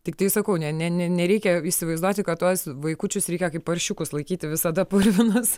tiktai sakau ne ne ne nereikia įsivaizduoti kad tuos vaikučius reikia kaip paršiukus laikyti visada purvinus